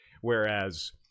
Whereas